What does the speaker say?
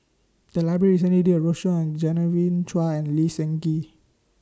The Library recently did A roadshow on Genevieve Chua and Lee Seng Gee